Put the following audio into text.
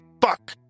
fuck